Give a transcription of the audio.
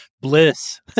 Bliss